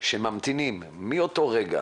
שממתינים מאותו רגע